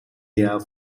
their